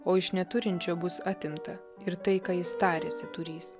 o iš neturinčio bus atimta ir tai ką jis tarėsi turys